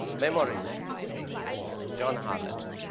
memories john hallett,